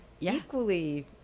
equally